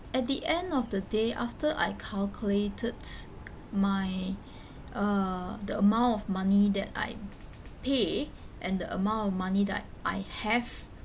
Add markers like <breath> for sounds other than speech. at the end of the day after I calculated my <breath> uh the amount of money that I pay and the amount of money that I have